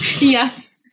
Yes